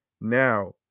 Now